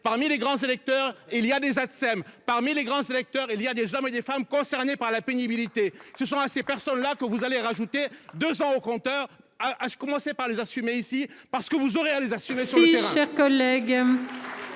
Parmi les grands électeurs et il y a des Atsem parmi les grands électeurs il y a des hommes et des femmes concernées par la pénibilité se sont à ces personnes-là que vous allez rajouter deux ans au compteur. Ah à ce commencer par les assumer ici parce que vous aurez à les assumer. Si chers.